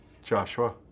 Joshua